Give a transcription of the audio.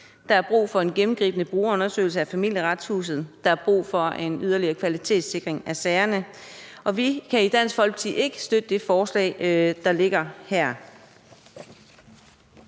Der er brug for en gennemgribende brugerundersøgelse af Familieretshuset, der er brug for en yderligere kvalitetssikring af sagerne, og vi kan i Dansk Folkeparti ikke støtte det forslag, der ligger her.